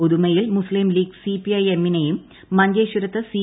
ഉദുമയിൽ മുസ്ലീം ലീഗ് സിപിഐ എമ്മിനെയും മഞ്ചേശ്വരത്ത് സി